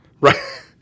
Right